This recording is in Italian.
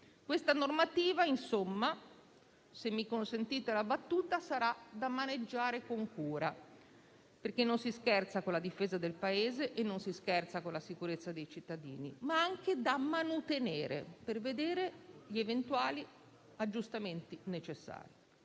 Questa normativa - se mi consentite la battuta - sarà da maneggiare con cura perché non si scherza con la difesa del Paese e con la sicurezza dei cittadini, ma anche da manutenere per vedere gli eventuali aggiustamenti necessari,